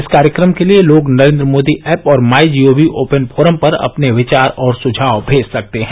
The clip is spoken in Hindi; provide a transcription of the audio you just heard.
इस कार्यक्रम के लिए लोग नरेन्द्र मोदी ऐप और माईजीओवी ओपन फोरम पर अपने विचार और सुझाव भेज सकते हैं